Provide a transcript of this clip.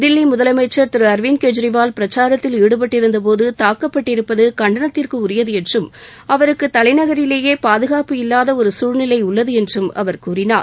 தில்லி முதலமைச்சர் திரு அர்விந்த் கெஜ்ரிவால் பிரச்சாரத்தில் ஈடுபட்டிருந்தபோது தாக்கப்பட்டிருப்பது கண்டனத்திற்குரியது என்றும் அவருக்கு தலைநகரிலேயே பாதுகாப்பு இல்லாத ஒரு சூழ்நிலை உள்ளது என்றும் அவர் கூறினார்